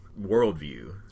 worldview